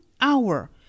hour